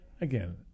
again